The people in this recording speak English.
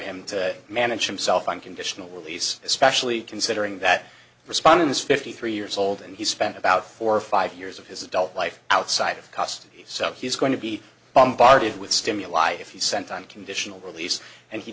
him to manage himself on conditional release especially considering that responding is fifty three years old and he spent about four or five years of his adult life outside of custody so he's going to be bombarded with stimuli if he sent unconditional release and he